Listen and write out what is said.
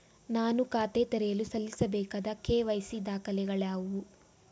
ನಾನು ಖಾತೆ ತೆರೆಯಲು ಸಲ್ಲಿಸಬೇಕಾದ ಕೆ.ವೈ.ಸಿ ದಾಖಲೆಗಳಾವವು?